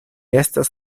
estas